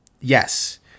yes